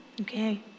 Okay